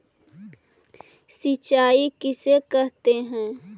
सिंचाई किसे कहते हैं?